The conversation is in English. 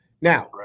Now